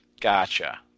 Gotcha